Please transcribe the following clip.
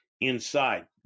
inside